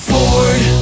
Ford